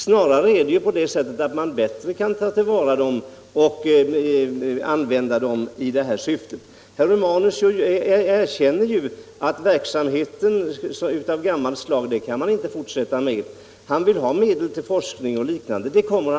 Snarare är det på det sättet att man då bättre kan ta dem till vara och använda dem i det här syftet. Herr Romanus erkänner ju att man inte kan fortsätta med verksamheten av det gamla slaget, och han vill även ha medel i sin forskning och liknande saker.